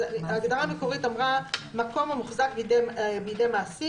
ההגדרה המקורית אמרה: מקום המוחזק בידי מעסיק,